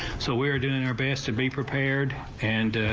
so we're doing our best to be prepared. and